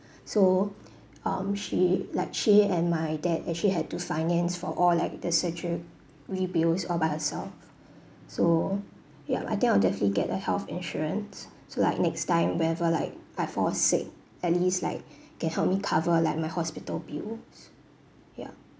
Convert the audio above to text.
so um she like she and my dad actually had to finance for all like the surgery bill all by herself so yup I think I'll definitely get a health insurance so like next time whenever like I fall sick at least like can help me cover like my hospital bills ya